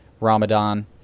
Ramadan